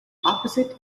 opposite